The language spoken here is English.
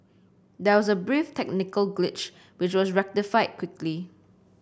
there was a brief technical glitch which was rectified quickly